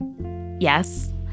Yes